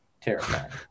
Terrifying